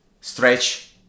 stretch